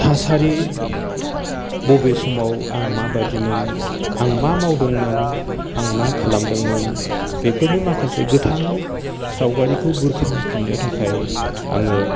थासारि बबे समाव आं मा बायदिमोन आं मा मावदोंमोन आं मा खालामदोंमोन बेफोरनि माखासे गोथां सावगारिखौ बुरखांफिनो थाखाय आङो